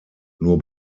nur